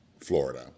Florida